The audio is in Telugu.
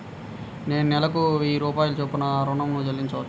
నేను నెలకు వెయ్యి రూపాయల చొప్పున ఋణం ను చెల్లించవచ్చా?